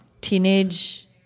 Teenage